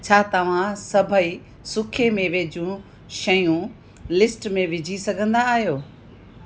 छा तव्हां सभई सुके मेवे जूं शयूं लिस्ट में विझी सघंदा आहियो